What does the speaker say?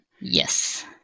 yes